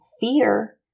fear